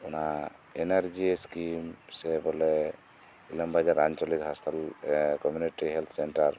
ᱚᱱᱟ N R G scheme ᱥᱮ ᱵᱚᱞᱮ ᱤᱞᱟᱢᱵᱟᱡᱟᱨ ᱟᱧᱪᱚᱞᱤᱠ ᱦᱟᱸᱥᱯᱟᱛᱟᱞ ᱠᱚᱢᱤᱱᱤᱴᱤ ᱦᱮᱞᱛᱷ ᱥᱮᱱᱴᱟᱨ